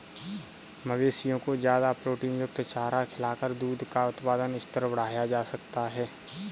मवेशियों को ज्यादा प्रोटीनयुक्त चारा खिलाकर दूध का उत्पादन स्तर बढ़ाया जा सकता है